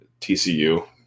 TCU